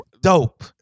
dope